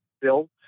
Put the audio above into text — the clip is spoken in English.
built